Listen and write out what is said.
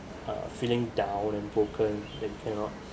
uh feeling down and broken and cannot